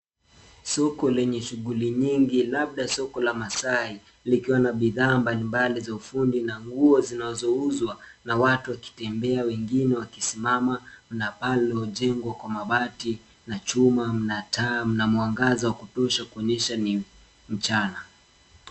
Soko lenye shughuli nyingi labda soko la Maasai, likiwa na bidhaa mbalimbali za ufundi na nguo zinazouzwa, na watu wakitembea wengine wakisimama. na paa la jengo lililojengwa kwa mabati, na chuma mna taa na mwangaza wa kutosha kuonyesha ni mchana.